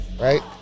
right